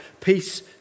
Peace